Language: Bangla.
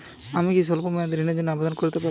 আমি কি স্বল্প মেয়াদি ঋণের জন্যে আবেদন করতে পারি?